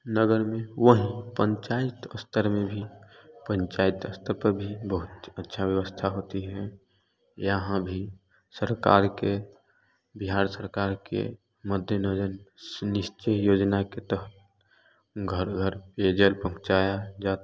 नगर में वहीं पंचायत स्तर में भी पंचायत स्तर पर भी बहुत अच्छी व्यवस्था होती है यहाँ भी सरकार के बिहार सरकार के मध्य नजर निश्चित योजना के तहत घर घर पेयजल पहुँचाया